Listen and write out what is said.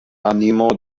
animo